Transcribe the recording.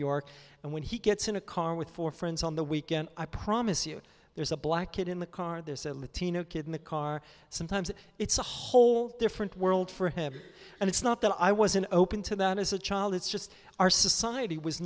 york and when he gets in a car i'm with four friends on the weekend i promise you there's a black kid in the car there's a latino kid in the car sometimes it's a whole different world for him and it's not that i wasn't open to that as a child it's just our society was